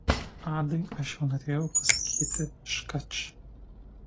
adai aš jau norėjau pasakyti škač